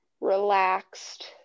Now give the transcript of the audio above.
relaxed